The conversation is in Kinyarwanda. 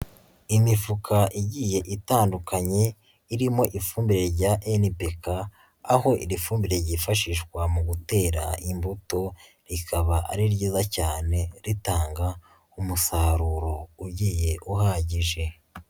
Imifuka igiye itandukanye, irimo ifumbire rya NPK, aho iri fumbire ryifashishwa mu gutera imbuto, rikaba ari ryiza cyane ritanga umusaruro ugiye uhagije.